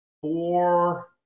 four